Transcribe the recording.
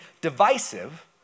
divisive